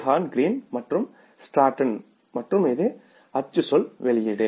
horn green மற்றும் Stratton மற்றும் இது அச்சு சோல் வெளியீடு